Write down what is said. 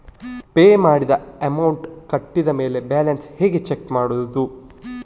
Pay ಮಾಡಿದ amount ಕಟ್ಟಿದ ಮೇಲೆ ಬ್ಯಾಲೆನ್ಸ್ ಹೇಗೆ ಚೆಕ್ ಮಾಡುವುದು?